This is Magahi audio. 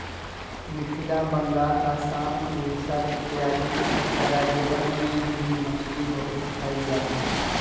मिथिला बंगाल आसाम उड़ीसा इत्यादि राज्यवन में भी मछली बहुत खाल जाहई